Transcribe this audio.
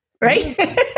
right